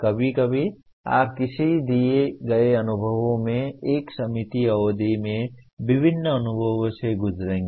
कभी कभी आप किसी दिए गए अनुभव में एक सीमित अवधि में विभिन्न अनुभवों से गुजरेंगे